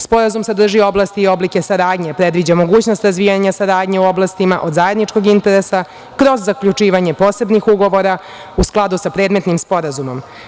Sporazume sadrži oblasti i oblike saradnje, predviđa mogućnost razvijanja saradnje u oblastima od zajedničkog interesa kroz zaključivanje posebnih ugovora u skladu sa predmetnim sporazumom.